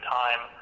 time